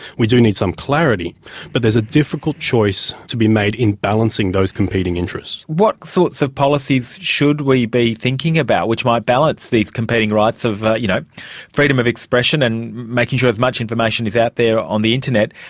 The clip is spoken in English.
we do need some clarity but there is a difficult choice to be made in balancing those competing interests. what sorts of policies should we be thinking about which might balance these competing rights of you know freedom of expression and making sure as much information is out there on the internet,